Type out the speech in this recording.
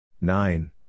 nine